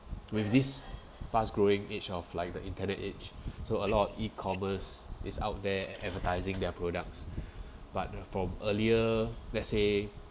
with this fast growing age of like the internet age so a lot of e-commerce is out there advertising their products but from earlier let's say